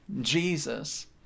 Jesus